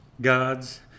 gods